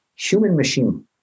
human-machine